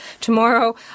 tomorrow